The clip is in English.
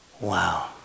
Wow